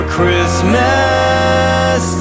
Christmas